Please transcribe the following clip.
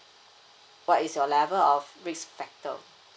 what is your level of risk factor